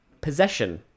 possession